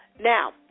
Now